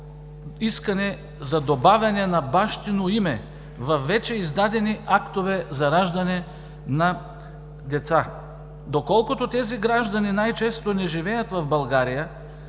искане за добавяне на бащино име във вече издадени актове за раждане на деца. Доколкото тези граждани най-често не живеят в България,